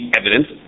evidence